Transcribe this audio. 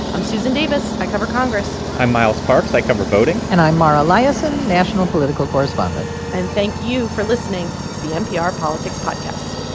i'm susan davis. i cover congress i'm miles parks. i cover voting and i'm mara liasson, national political correspondent and thank you for listening to the npr politics podcast